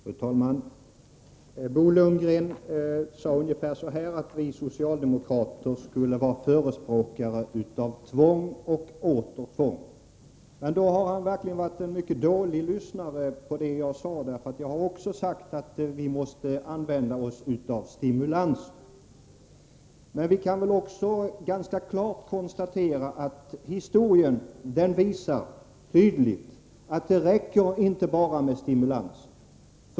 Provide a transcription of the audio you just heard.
Fru talman! Bo Lundgren sade ungefär att vi socialdemokrater skulle vara förespråkare av tvång och åter tvång. Men då har han verkligen varit en mycket dålig lyssnare, eftersom jag också har sagt att vi måste använda oss av stimulanser. Men vi kan ganska klart konstatera att historien tydligt visar att det inte räcker med bara stimulanser.